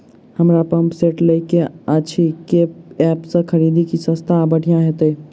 हमरा pump set लय केँ अछि केँ ऐप सँ खरिदियै की सस्ता आ बढ़िया हेतइ?